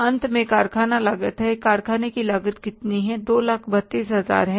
अंत में कारखाना लागत है कि कारखाने की लागत कितनी है 272000 16000 है